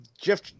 Jeff